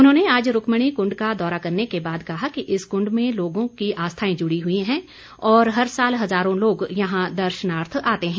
उन्होंने आज रूकमणि कुंड का दौरा करने के बाद कहा कि इस कुंड से लोगों की आस्थाएं जुड़ी हुई हैं और हर साल हज़ारों लोग यहां दर्शनार्थ आते हैं